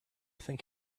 think